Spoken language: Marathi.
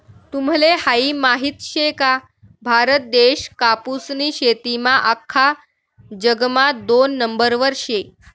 तुम्हले हायी माहित शे का, भारत देश कापूसनी शेतीमा आख्खा जगमा दोन नंबरवर शे